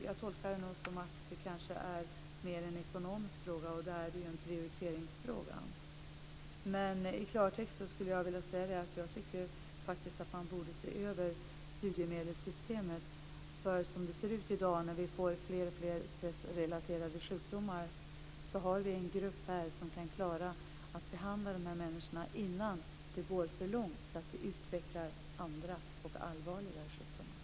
Jag tolkar det nog som att detta mer är en ekonomisk fråga, och då är det ju en prioriteringsfråga. Jag vill säga i klartext att jag tycker att man borde se över studiemedelssystemet. Vi får i dag fler och fler stressrelaterade sjukdomar, och här har vi en grupp som kan klara att behandla dessa människor innan det går för långt och de utvecklar andra och allvarligare sjukdomar.